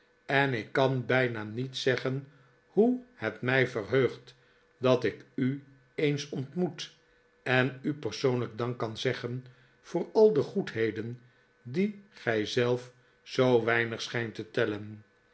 en ik kan bijna niet zeggen hoe het mij verheugt dat ik u eens ontmoet en u persoonlijk dank kan zeggen voor al de goedheden die gij zelf zoo weinig schijnt te tellen